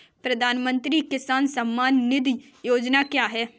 प्रधानमंत्री किसान सम्मान निधि योजना क्या है?